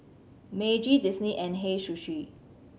Meiji Disney and Hei Sushi